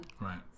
Right